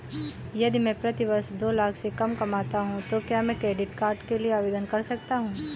यदि मैं प्रति वर्ष दो लाख से कम कमाता हूँ तो क्या मैं क्रेडिट कार्ड के लिए आवेदन कर सकता हूँ?